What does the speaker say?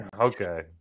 Okay